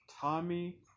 Tommy